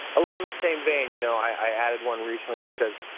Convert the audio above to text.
along that same vein, you know, i added one recently that says,